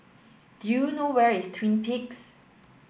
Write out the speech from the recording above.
do you know where is Twin Peaks